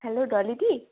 hello ডলিদি